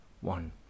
one